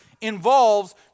involves